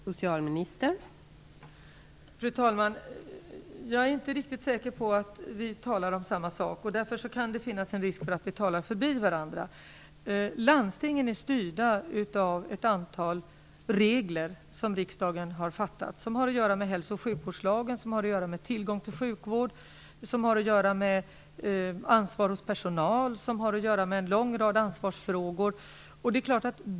Fru talman! Jag är inte riktigt säker på att vi talar om samma sak, och det kan därför finnas en risk för att vi talar förbi varandra. Landstingen är styrda av ett antal regler som riksdagen har beslutat, t.ex. om hälso och sjukvårdslagen, tillgång till sjukvård, ansvar för personal och om en lång rad andra ansvarsfrågor.